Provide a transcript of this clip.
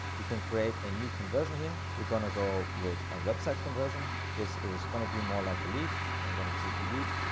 you can create a new conversion here. we're going to go with a website conversion, this is going to be more like lead. so i'm going to choose lead,